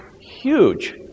huge